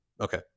okay